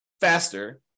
faster